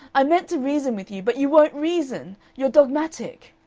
i meant to reason with you, but you won't reason. you're dogmatic.